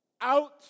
out